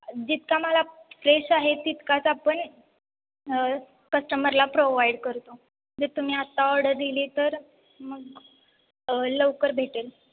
जितका मला फ्रेश आहे तितकाच आपण कस्टमरला प्रोवाइड करतो जर तुम्ही आत्ता ऑर्डर दिली तर मग लवकर भेटेल